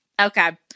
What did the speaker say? Okay